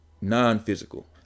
non-physical